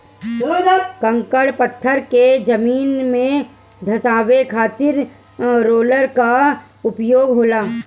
कंकड़ पत्थर के जमीन में धंसावे खातिर रोलर कअ उपयोग होला